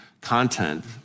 content